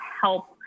help